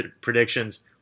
predictions